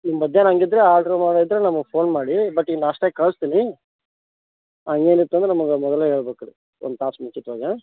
ನಿಮ್ಮ ಮಧ್ಯಾಹ್ನ ಹಾಗಿದ್ರೆ ಆರ್ಡ್ರು ಮಾಡೋದಿದ್ದರೆ ನಮಗೆ ಫೋನ್ ಮಾಡಿ ಬಟ್ ಈಗ ನಾಷ್ಟ ಕಳಿಸ್ತೀನಿ ಆಂ ಏನಿತ್ತು ಅಂದ್ರೆ ನಮಗೆ ಮೊದಲೇ ಹೇಳ್ಬೇಕು ರೀ ಒಂದು ತಾಸು ಮುಂಚಿತವಾಗಿ ಆಂ